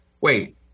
wait